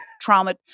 trauma